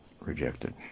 rejected